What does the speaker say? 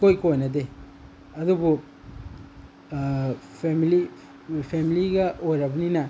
ꯏꯀꯣꯏ ꯀꯣꯏꯅꯗꯦ ꯑꯗꯨꯕꯨ ꯐꯦꯃꯂꯤ ꯐꯦꯃꯂꯤꯒ ꯑꯣꯏꯔꯕꯅꯤꯅ